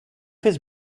his